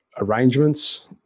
arrangements